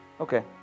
Okay